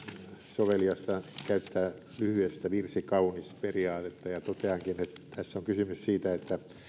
soveliasta käyttää lyhyestä virsi kaunis periaatetta ja toteankin että tässä on kysymys siitä että